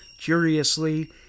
Curiously